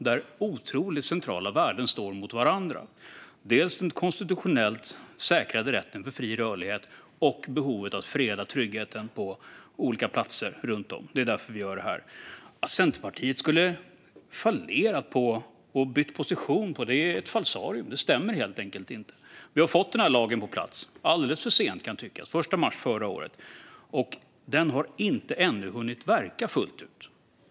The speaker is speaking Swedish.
Här står centrala värden mot varandra: den konstitutionellt säkrade rätten till fri rörlighet och behovet av att freda tryggheten på olika platser - och det är därför vi gör detta. Att Centerpartiet skulle ha bytt position är ett falsarium; det stämmer helt enkelt inte. Lagen kom på plats den 1 mars förra året - alldeles för sent, kan tyckas - och den har ännu inte hunnit verka fullt ut.